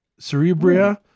Cerebria